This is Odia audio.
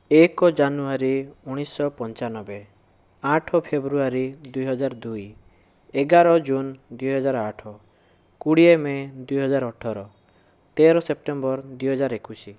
ଏକ ଜାନୁଆରୀ ଉଣେଇଶି ଶହ ପଞ୍ଚାନବେ ଆଠ ଫେବୃୟାରୀ ଦୁଇହଜାର ଦୁଇ ଏଗାର ଜୁନ ଦୁଇହଜାର ଆଠ କୋଡ଼ିଏ ମେ ଦୁଇହଜାର ଅଠର ତେର ସେପ୍ଟେମ୍ବର ଦୁଇହଜାର ଏକୋଇଶି